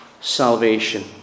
salvation